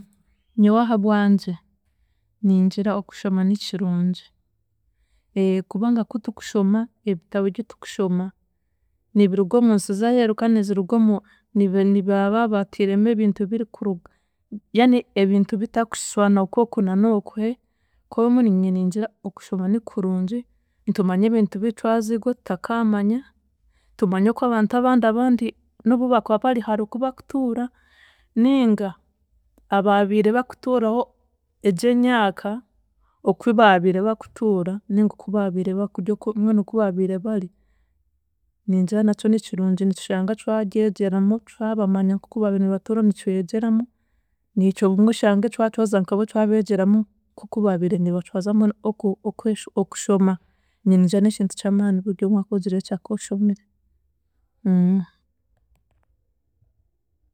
Nyowe ahabwangye, ningira okushoma nikirungi kubanga kutukushoma ebitabo byitukushoma, nibiruga omunsi z'aheeru kandi niziruga omu- nibi nibaba batiiremu ebintu birikuruga ya n'ebintu bitakushwana okw'oku na n'oku koomu niinye ningira okushoma nikurungi nitumanya ebintu bitwaziigwe tutakaamanya, tumanye okw'abantu abandi abandi n'obu baakuba bari hare oku bakutuura ninga abaabiire bakutuuraho egy'enyaka okubaabiire bakutuura ninga okubaabiire bakurya mbwenu okubaabiire bari, ningira nakyo nikirungi nicushanga cwaryegyeramu twabamanya nk'okubaabiire nibatuura nicwegyeramu, nicwe obumwe oshange twacwaza nkabo twabeegyeramu nk'oku baabiire nibacwaza mbwenu oku oku- okweshu okushoma ningira n'ekintu ky'amaani buryomwe akoogireki akooshomire.